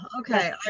okay